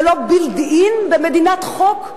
זה לא built in במדינת חוק?